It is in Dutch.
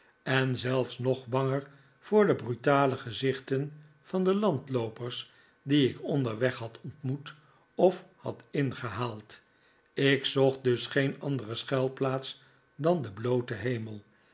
en zelfs nog banger voor de brutale gezichten van de landloopers die ik onderweg had ontmoet of had ingehaald ik zocht dus geen andere schuilplaats dan den blooten hemel